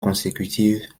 consécutive